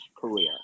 career